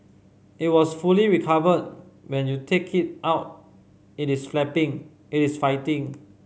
it has fully recovered when you take it out it is flapping it is fighting